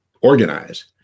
organize